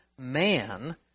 man